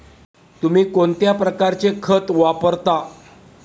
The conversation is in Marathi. तुम्ही कोणत्या प्रकारचे खत वापरता?